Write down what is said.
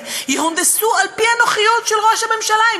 יהונדסו על-פי הנוחיות של ראש הממשלה.